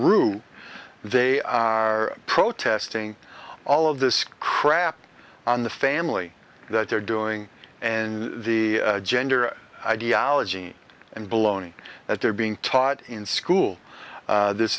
u they are protesting all of this crap on the family that they're doing and the gender ideology and baloney that they're being taught in school this